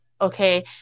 okay